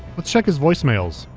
let's check his voice mails.